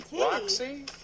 Roxy